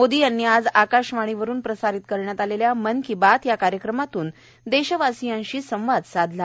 मोदी यांनी आज आकाशवाणी वरुण प्रसारित करण्यात आलेल्या मन की बात या कार्यक्रमातून देशवासीयांशी संवाद साधला